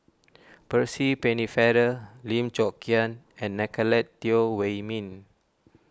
Percy Pennefather Lim Chong Keat and Nicolette Teo Wei Min